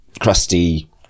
Crusty